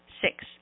Six